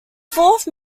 fourth